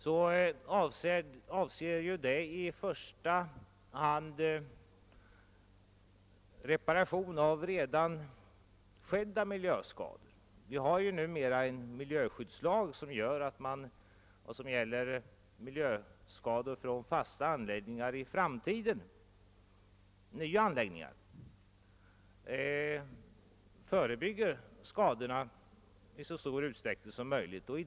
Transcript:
Här avses i första hand reparation av redan skedda miljöskador. Vi har numera en miljöskyddslag som gäller miljöskador från nya fasta anläggningar. Denna lag skall förebygga skador i så stor utsträckning som möjligt.